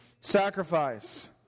sacrifice